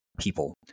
people